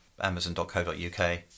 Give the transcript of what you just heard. amazon.co.uk